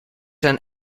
een